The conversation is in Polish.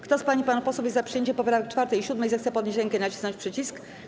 Kto z pań i panów posłów jest za przyjęciem poprawek 4. i 7., zechce podnieść rękę i nacisnąć przycisk.